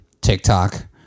TikTok